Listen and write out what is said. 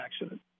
accident